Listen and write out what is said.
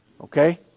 okay